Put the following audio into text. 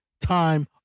time